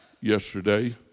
yesterday